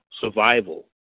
survival